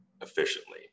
efficiently